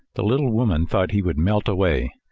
the little woman thought he would melt away,